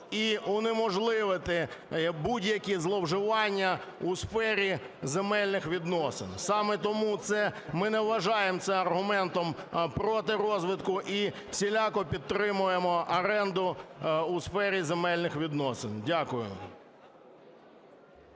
і унеможливити будь-які зловживання у сфері земельних відносин. Саме тому ми не вважаємо це аргументом проти розвитку і всіляко підтримуємо оренду у сфері земельних відносин. Дякую.